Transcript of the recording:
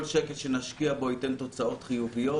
כל שקל שנשקיע, ייתן תוצאות חיוביות.